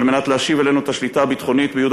על מנת להשיב אלינו את השליטה הביטחונית ביהודה